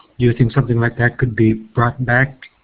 you think something like that could be brought back?